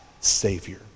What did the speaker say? savior